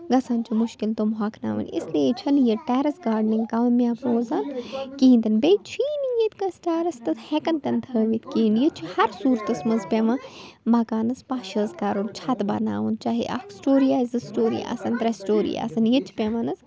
گژھان چھِ مُشکِل تٕم ہۄکھناوٕنۍ اس لیے چھِنہٕ ییٚتہِ یہِ ٹیرٮ۪س گارڈنِنٛگ کامیاب روزان کِہیٖنۍ تِنہٕ بیٚیہِ چھُیی نہٕ ییٚتہِ کانٛسہِ ٹیرٮ۪س تہٕ ہٮ۪کَن تِنہٕ تھٲوِتھ کِہیٖنۍ ییٚتہِ چھِ ہر صوٗرَتَس منٛز پٮ۪وان مَکانَس پَش حظ کَرُن چھَت بناوُن چاہے اَکھ سِٹوری آسہِ زٕ سِٹوری آسَن ترٛےٚ سِٹوری آسَن ییٚتہِ چھِ پٮ۪وان حظ